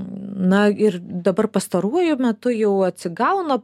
na ir dabar pastaruoju metu jau atsigauna